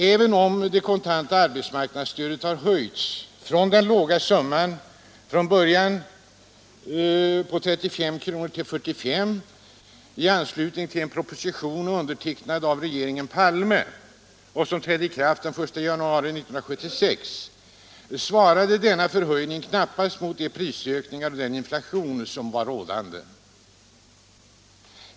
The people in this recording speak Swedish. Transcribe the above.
Även om det kontanta arbetsmarknadsstödet den 1 januari 1976 höjdes från den låga summan 35 kr. till 45 kr. i anslutning till en proposition undertecknad av regeringen Palme, svarade denna förhöjning knappast mot de prisökningar och den inflation som varit rådande.